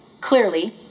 clearly